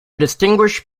distinguished